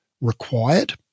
required